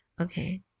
Okay